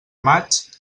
maig